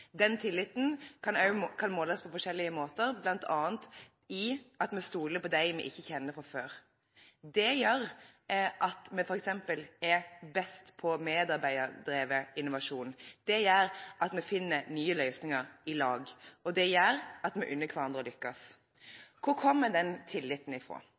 Den tilliten kan måles på forskjellige måter, bl.a. i at vi stoler på dem vi ikke kjenner fra før. Det gjør at vi f.eks. er best på medarbeiderdrevet innovasjon, det gjør at vi finner nye løsninger i lag, og det gjør at vi unner hverandre å lykkes. Hvor kommer den tilliten